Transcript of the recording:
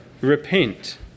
Repent